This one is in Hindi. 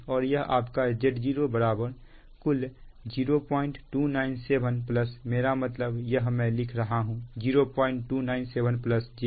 और यह आपका Z0 कुल 0297 मेरा मतलब यह मैं लिख रहा हूं 0297 j 004 pu